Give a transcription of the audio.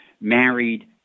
married